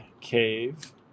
cave